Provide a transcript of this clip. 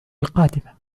القادمة